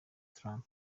trump